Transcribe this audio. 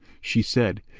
she said,